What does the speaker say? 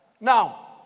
Now